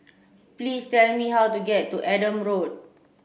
please tell me how to get to Adam Road